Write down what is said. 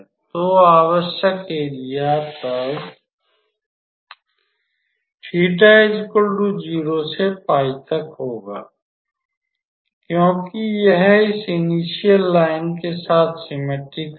तो आवश्यक एरिया तब 𝜃 0 से 𝜋 तक होगा क्योंकि यह इस इनिश्यल लाइन के साथ सिममेट्रिकल है